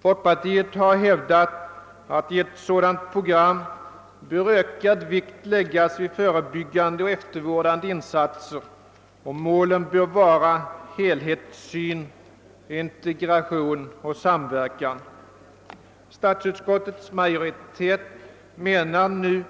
Folkpartiet har hävdat att det i ett sådant program bör läggas ökad vikt vid förebyggande och eftervårdande insatser, och målen bör vara helhetssyn, integration och samverkan. Statsutskottets majoritet framhåller